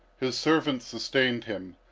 his servant sustained him,